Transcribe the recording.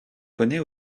connais